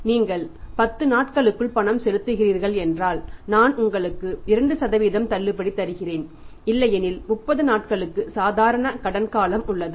நீங்கள் 10 நாட்களுக்குள் பணம் செலுத்துகிறீர்கள் என்றால் நான் உங்களுக்கு 2 தள்ளுபடி தருகிறேன் இல்லையெனில் 30 நாட்களுக்கு சாதாரண கடன் காலம் உள்ளது